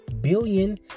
billion